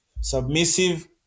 submissive